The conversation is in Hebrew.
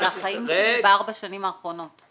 זה החיים שלי בארבע השנים האחרונות.